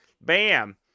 Bam